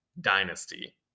dynasty